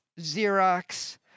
Xerox